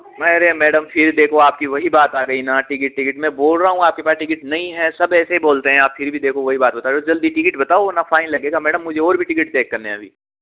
मैं अरे मैडम फिर देखो आपकी वही बात आ गई ना टिकट टिकट मैं बोल रहा हूँ आपके पास टिकट नहीं है सब ऐसे ही बोलते हैं आप फिर भी देखो वही बात बता रहा हूँ जल्दी टिकट बताओ वरना फाइन लगेगा मैडम मुझे और भी टिकट चेक करने हैं अभी